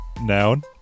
Noun